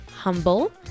HUMBLE